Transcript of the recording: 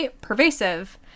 pervasive